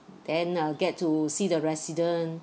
then uh get to see the resident